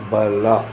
ಬಲ